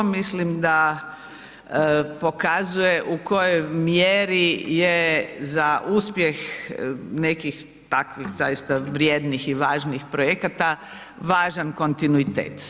Mislim da pokazuje u kojoj mjeri je za uspjeh nekih takvih zaista vrijednih i važnih projekata važan kontinuitet.